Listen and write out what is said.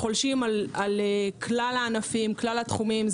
חולשים על כלל הענפים והתחומים.